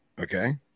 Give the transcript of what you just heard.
Okay